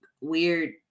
weird